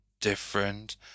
different